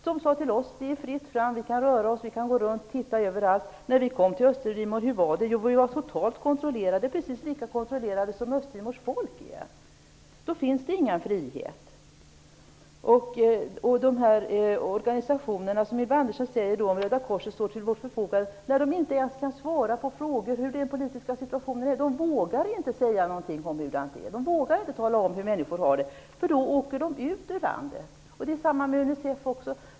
Man sade till oss att det var fritt fram för oss att röra oss, gå runt och titta överallt. Hur var det när vi kom till Östtimor? Jo, vi var totalt kontrollerade. Vi var precis lika kontrollerade som Östtimors folk är. Då finns det ingen frihet. Ylva Annerstedt nämner några organisationer, t.ex. Röda korset, som står till vårt förfogande. De kan inte ens svara på frågor om hur den politiska situationen är! De vågar inte säga någonting om hur det är. De vågar inte tala om hur människor har det, för då åker de ut ur landet. Det är samma med Unicef.